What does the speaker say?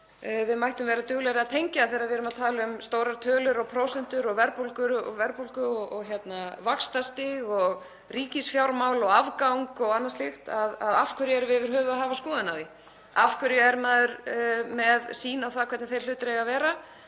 við mættum vera duglegri að tengja við þegar við erum að tala um stórar tölur og prósentur, verðbólgu og vaxtastig, ríkisfjármál og afgang og annað slíkt: Af hverju erum við yfirhöfuð að hafa skoðun á því? Af hverju hefur maður sýn á það hvernig þeir hlutir eiga að vera?